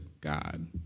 God